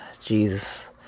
Jesus